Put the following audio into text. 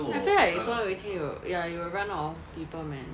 I feel like 总有一天有 it will run out of people man